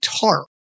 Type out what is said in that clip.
tarp